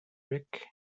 rick